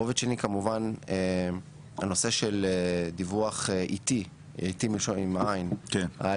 רובד שני כמובן זה הנושא של דיווח עתי על התשואות